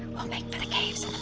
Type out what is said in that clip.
we'll make for the caves